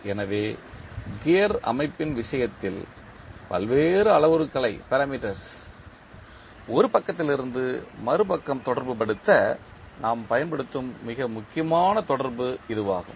எனவே கியர் அமைப்பின் விஷயத்தில் பல்வேறு அளவுருக்களை ஒரு பக்கத்திலிருந்து மறு பக்கம் தொடர்புபடுத்த நாம் பயன்படுத்தும் மிக முக்கியமான தொடர்பு இதுவாகும்